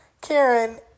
Karen